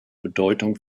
bedeutung